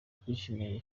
twishimiye